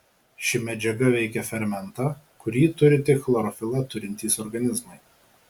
ši medžiaga veikia fermentą kurį turi tik chlorofilą turintys organizmai